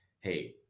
hey